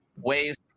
ways